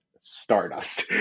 stardust